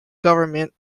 government